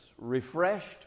refreshed